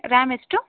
RAM ಎಷ್ಟು